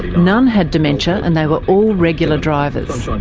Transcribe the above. none had dementia, and they were all regular drivers.